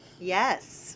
Yes